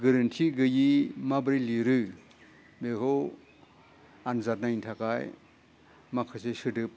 गोरोन्थि गैयि माबोरै लिरो बेखौ आनजाद नायनो थाखाय माखासे सोदोब